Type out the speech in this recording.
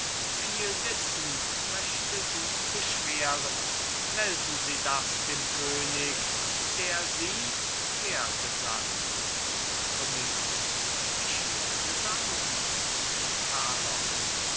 viel wissen möchte sie beschweren melden sie das dem könig der sie hergesandt domingo mich hergesandt carlos